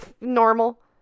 normal